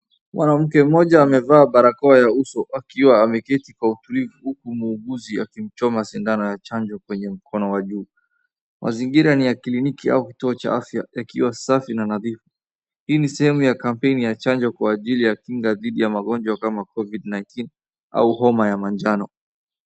Mwanamke mmoja amevaa barakoa ya uso akiwa ameketi kwa utulivu, huku muuguzi akimchoma sindano ya chanjo kwenye mkono wa juu. Mazingira ni ya kliniki au kituo cha afya yakiwa safi na nadhifu. Hii ni sehemu ya kampeni ya chanjo kwa kinga dhidi ya magonjwa kama COVID-19 au homa ya manjano.